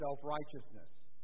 self-righteousness